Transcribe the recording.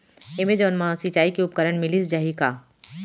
Amazon मा सिंचाई के उपकरण मिलिस जाही का?